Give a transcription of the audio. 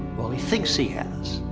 or he thinks he has.